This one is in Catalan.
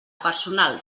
personal